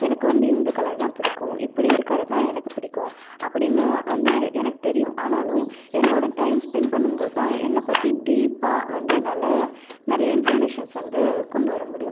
எனக்கு வந்து இந்த கலர் தான் பிடிக்கும் இப்படி இருக்கிறதா எனக்கு பிடிக்கும் அப்படின்னு வந்து எனக்கு தெரியும் ஆனாலும் என்னோடய டைம் ஸ்பென்ட் பண்ணும் போது தான் என்ன பற்றி டீப்பாக வந்து என்னால் நிறைய இன்ஃபர்மேஷன் வந்து கொண்டு வர முடியும்